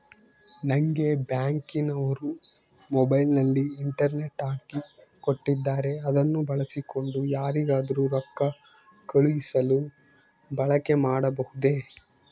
ನಂಗೆ ಬ್ಯಾಂಕಿನವರು ಮೊಬೈಲಿನಲ್ಲಿ ಇಂಟರ್ನೆಟ್ ಹಾಕಿ ಕೊಟ್ಟಿದ್ದಾರೆ ಅದನ್ನು ಬಳಸಿಕೊಂಡು ಯಾರಿಗಾದರೂ ರೊಕ್ಕ ಕಳುಹಿಸಲು ಬಳಕೆ ಮಾಡಬಹುದೇ?